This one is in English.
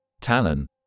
Talon